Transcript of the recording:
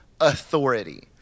authority